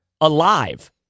alive